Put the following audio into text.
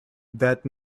that